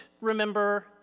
remember